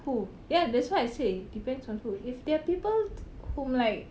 who ya that's why I say depends on who if there are people whom like